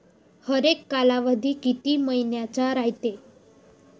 हरेक कालावधी किती मइन्याचा रायते?